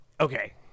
Okay